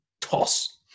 toss